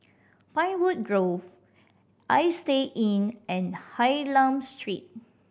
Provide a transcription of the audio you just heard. Pinewood Grove Istay Inn and Hylam Street